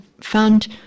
found